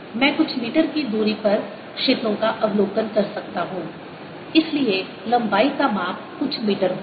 मैं कुछ मीटर की दूरी पर क्षेत्रों का अवलोकन कर सकता हूं इसलिए लंबाई का माप कुछ मीटर होगा